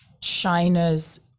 China's